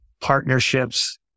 partnerships